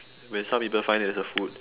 when some people find it as a food